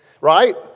right